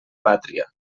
pàtria